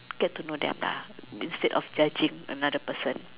get to know them lah instead of judging another person